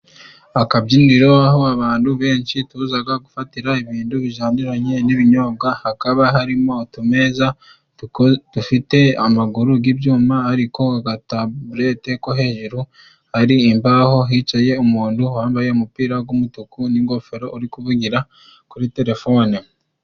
Akabyiniro aho abantu benshi tuza gufatira ibintu bijyanye n'ibinyobwa, hakaba harimo utumeza dufite amaguru y'ibyuma, ariko agatabuleti ko hejuru hari imbaho ,hicaye umuntu wambaye umupira w'umutuku n'ingofero, uri kuvugira kuri telefone.